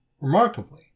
Remarkably